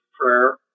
prayer